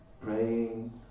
praying